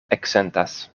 eksentas